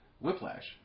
Whiplash